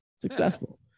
successful